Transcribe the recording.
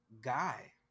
Guy